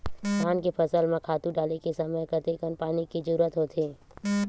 धान के फसल म खातु डाले के समय कतेकन पानी के जरूरत होथे?